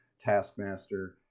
taskmaster